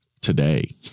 today